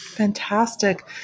Fantastic